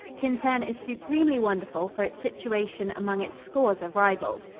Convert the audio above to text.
tintern is supremely wonderful for its situation among its scores of rivals.